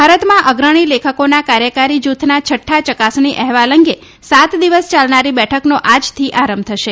ભારતમાં અગ્રણી લેખકોના કાર્યકારી જૂથના છઠ્રા ચકાસણી અહેવાલ અંગે સાત દિવસ ચાલનારી બેઠકનો આજથી આરંભ થશે